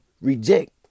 reject